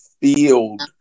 field